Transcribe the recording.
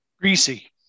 Greasy